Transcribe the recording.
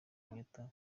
kenyatta